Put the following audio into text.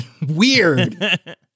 Weird